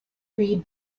grebe